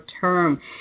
Term